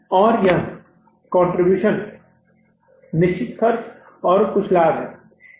और यह कंट्रीब्यूशन निश्चित खर्च और कुछ लाभ है